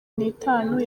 nitanu